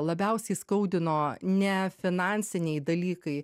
labiausiai skaudino ne finansiniai dalykai